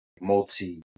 multi